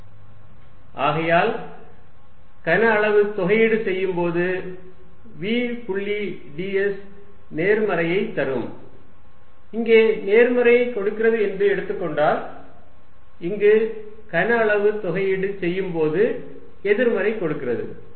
ds ஆகையால் கன அளவு தொகையீடு செய்யும்போது v புள்ளி ds நேர்மறையைத் தரும் இங்கே நேர்மறையை கொடுக்கிறது என்று எடுத்துக்கொண்டால் இங்கு கன அளவு தொகையீடு செய்யும்போது எதிர்மறை கொடுக்கிறது